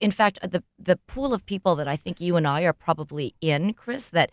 in fact, the the pool of people that i think you and i are probably in, chris, that